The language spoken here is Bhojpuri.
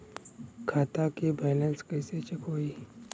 खता के बैलेंस कइसे चेक होई?